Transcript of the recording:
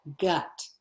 gut